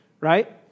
Right